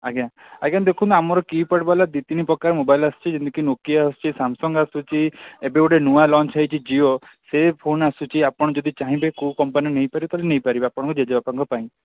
ଆଜ୍ଞା ଆଜ୍ଞା ଦେଖନ୍ତୁ ଆମର କୀ ପ୍ୟାଡ଼୍ ବାଲା ଦୁଇ ତିନି ପ୍ରକାର ମୋବାଇଲ୍ ଆସୁଛି ଯେମିତିକି ନୋକିଆ ଆସୁଛି ସାମସଙ୍ଗ୍ ଆସୁଛି ଏବେ ଗୋଟେ ନୂଆ ଲଞ୍ଚ ହେଇଛି ଜିଓ ସେ ଫୋନ୍ ଆସୁଛି ଆପଣ ଯଦି ଚାହିଁବେ କେଉଁ କମ୍ପାନୀ ନେଇପାରିବେ ନେଇପାରିବେ ଆପଣଙ୍କ ଜେଜେବାପାଙ୍କ ପାଇଁ